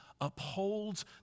upholds